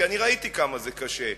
כי אני ראיתי כמה זה קשה.